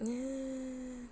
ya